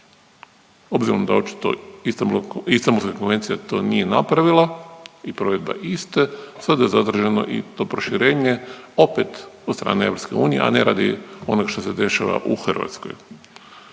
Obzirom da očito Istanbulska konvencija to nije napravila i provedba iste sada zadržano i to proširenje opet od strane Europske unije, a ne radi onoga što se dešava u Hrvatskoj.